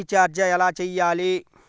Recharge ఎలా చెయ్యాలి?